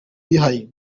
bihaye